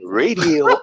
radio